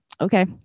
okay